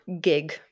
gig